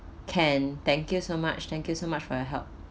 can thank you so much thank you so much for your help